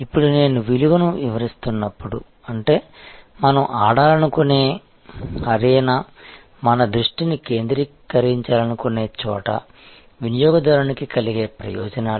ఇప్పుడు నేను విలువను వివరిస్తున్నప్పుడు అంటే మనం ఆడాలనుకునే అరేనా మన దృష్టిని కేంద్రీకరించాలనుకునే చోట వినియోగదారునికి కలిగే ప్రయోజనాలు